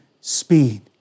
speed